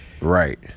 Right